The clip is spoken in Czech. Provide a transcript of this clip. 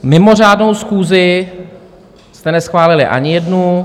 Mimořádnou schůzi jste neschválili ani jednu.